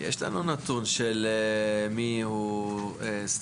יש לנו נתון של מי הוא סטודנט,